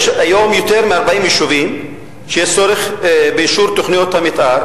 יש היום יותר מ-40 יישובים שיש בהם צורך באישור תוכניות המיתאר.